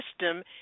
system